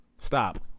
Stop